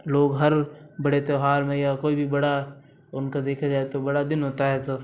लोग हर बड़े त्यौहार में या कोई भी बड़ा उनका देखा जाए तो बड़ा दिन होता है तो